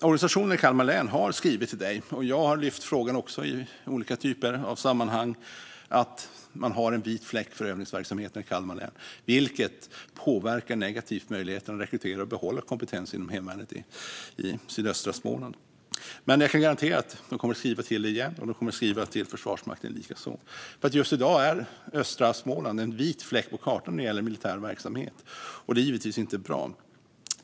Organisationen i Kalmar län har skrivit till försvarsministern - jag har också lyft frågan i olika typer av sammanhang - att de har en vit fläck för övningsverksamheten i Kalmar län, vilket negativt påverkar möjligheten att rekrytera och behålla kompetens inom hemvärnet i sydöstra Småland. Men jag kan garantera att de kommer att skriva till dig igen och till Försvarsmakten likaså, för just i dag är östra Småland en vit fläck på kartan när det gäller militär verksamhet, och det är givetvis inte bra.